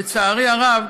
לצערי הרב,